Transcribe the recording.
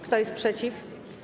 Kto jest przeciw?